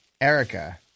Erica